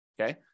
okay